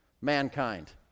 mankind